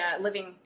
living